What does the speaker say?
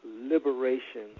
liberation